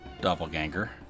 Doppelganger